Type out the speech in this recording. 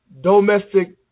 domestic